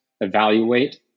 evaluate